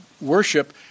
worship